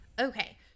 Okay